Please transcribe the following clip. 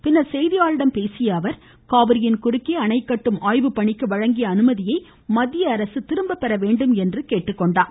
பின்னர் செய்தியாளர்களிடம் பேசிய அவர் காவிரியின் குறுக்கே அணை கட்டும் ஆய்வுப் பணிக்கு வழங்கிய அனுமதியை மத்திய அரசு ரத்து செய்ய வேண்டும் என தெரிவித்தார்